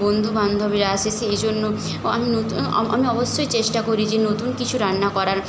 বন্ধুবান্ধবীরা আসে সেই জন্য ও আমি নতুন আমি অবশ্যই চেষ্টা করি যে নতুন কিছু রান্না করার